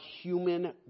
human